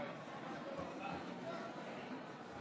אדוני יושב-ראש, רבותיי.